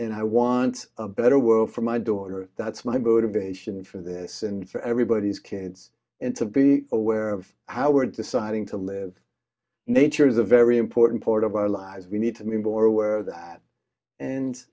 and i want a better world for my daughter that's my board of ation for this and for everybody's kids and to be aware of how we're deciding to live nature is a very important part of our lives we need to be more aware of that and